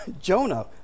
Jonah